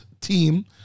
team